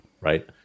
right